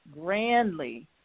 grandly